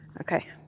okay